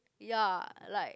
ya like